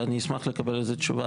ואני אשמח לקבל על זה תשובה,